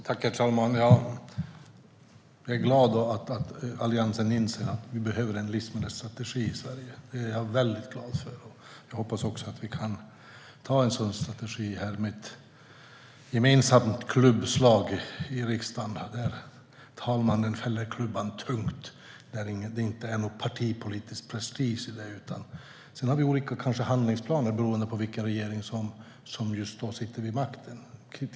Herr talman! Jag är glad att Alliansen inser att Sverige behöver en livsmedelsstrategi. Jag hoppas att vi kan anta denna strategi gemensamt i riksdagen med ett tungt klubbslag från talmannen och utan partipolitisk prestige. Vi har kanske olika handlingsplaner för att nå en sådan strategi beroende på vilken regering som just då sitter vid makten.